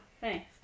Thanks